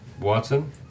Watson